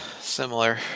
Similar